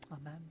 Amen